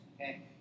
Okay